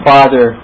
Father